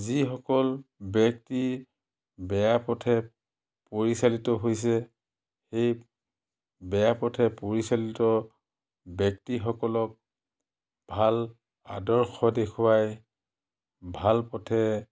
যিসকল ব্যক্তি বেয়া পথে পৰিচালিত হৈছে সেই বেয়া পথে পৰিচালিত ব্যক্তিসকলক ভাল আদৰ্শ দেখুৱাই ভাল পথে